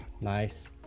nice